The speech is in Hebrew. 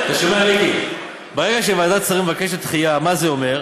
מיקי, ברגע שוועדת שרים מבקשת דחייה, מה זה אומר?